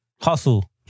Hustle